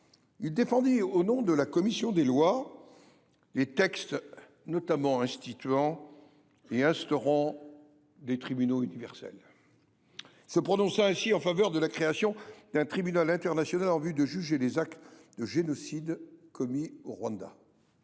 il défendit au nom de la commission des lois des textes instaurant notamment des tribunaux universels. Il se prononça ainsi en faveur de la création d’un tribunal international en vue de juger les actes de génocide commis au Rwanda.